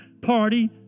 Party